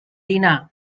dinar